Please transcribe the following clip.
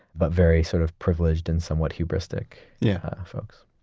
but very sort of privileged and somewhat hubristic yeah folks